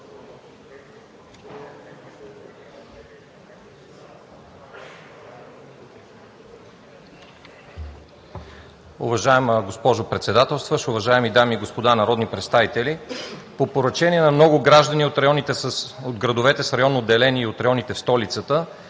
Уважаема госпожо Председателстващ, уважаеми дами и господа народни представители! По поръчение на много граждани от градовете с районно деление и от районите в столицата